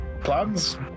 plans